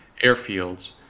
airfields